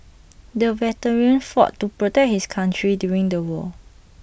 the veteran fought to protect his country during the war